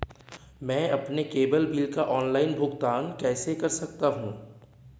मैं अपने cable bill का ऑनलाइन भुगतान कैसे कर सकता हूं?